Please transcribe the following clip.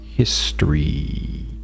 History